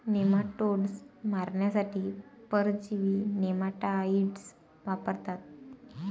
nematodes मारण्यासाठी परजीवी nematicides वापरतात